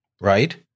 right